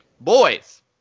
Boys